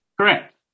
Correct